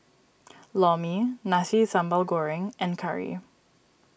Lor Mee Nasi Sambal Goreng and Curry